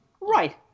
Right